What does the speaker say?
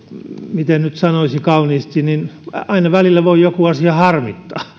miten nyt sanoisi kauniisti aina välillä voi joku asia harmittaa